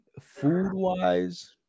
food-wise